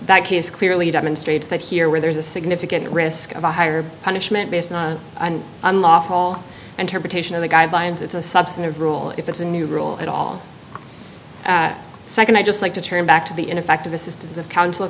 that case clearly demonstrates that here where there's a significant risk of a higher punishment based on unlawful interpretation of the guidelines it's a substantive rule if it's a new rule at all second i'd just like to turn back to the ineffective assistance of coun